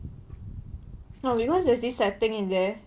no because there's this setting in there